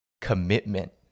commitment